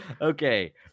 Okay